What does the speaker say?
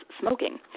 smoking